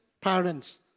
parents